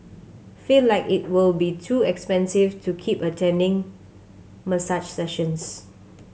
feel like it will be too expensive to keep attending massage sessions